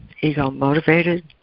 ego-motivated